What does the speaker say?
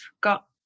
got